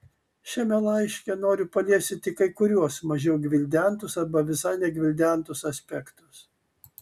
šiame laiške noriu paliesti tik kai kuriuos mažiau gvildentus arba visai negvildentus aspektus